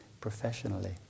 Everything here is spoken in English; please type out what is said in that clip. professionally